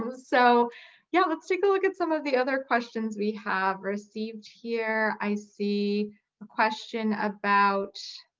um so yeah, let's take a look at some of the other questions we have received here. i see a question about.